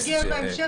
נגיע בהמשך.